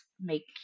make